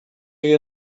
you